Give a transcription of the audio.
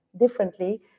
differently